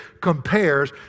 compares